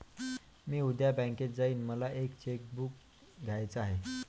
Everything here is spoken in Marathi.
मी उद्या बँकेत जाईन मला एक चेक बुक घ्यायच आहे